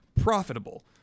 profitable